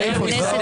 הוא יעיף אותך.